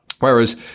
Whereas